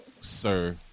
sir